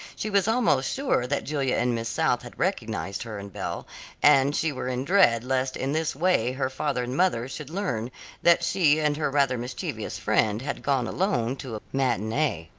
she was almost sure that julia and miss south had recognized her, and belle and she were in dread lest in this way her father and mother should learn that she and her rather mischievous friend had gone alone to a matinee.